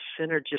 synergistic